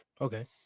Okay